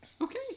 Okay